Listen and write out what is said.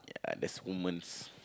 ya that's woman's